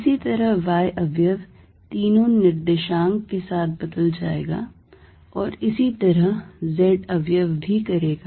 इसी तरह y अवयव तीनों निर्देशांक के साथ बदल जाएगा और इसी तरह z अवयव भी करेगा